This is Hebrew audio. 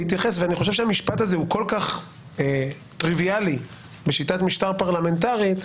הוא כל כך טריוויאלי בשיטת משטר פרלמנטרית,